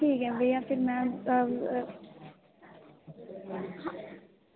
ठीक ऐ भैया फिर में